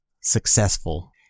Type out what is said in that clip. successful